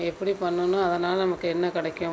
எப்படி பண்ணுனும் அதனால் நமக்கு என்ன கிடைக்கும்